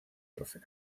trofeo